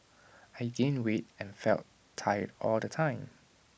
I gained weight and felt tired all the time